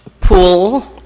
pool